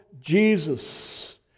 Jesus